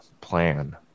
plan